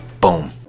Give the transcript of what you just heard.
boom